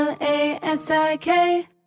L-A-S-I-K